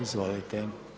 Izvolite.